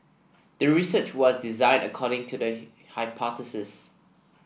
the research was designed according to the hypothesis